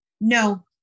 No